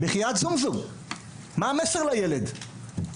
מה המסר שעובר לילד?